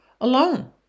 alone